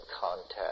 contact